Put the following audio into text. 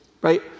right